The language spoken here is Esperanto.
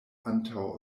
antaŭ